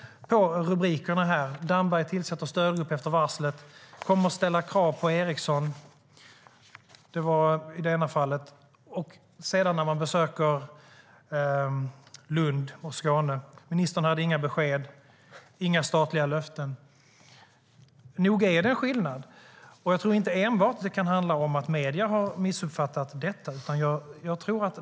I det ena fallet var det rubriker som "Damberg tillsätter stödgrupp efter varslet", "Kommer att ställa krav på Ericsson", och sedan, när han besökte Lund och Skåne, var det rubriker som "Ministern hade inga besked till Sony", "Inga statliga löften vid ministerbesök på Sony Mobile". Nog är det skillnad, och jag tror inte att det enbart handlar om att medierna har missuppfattat det.